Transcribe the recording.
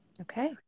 Okay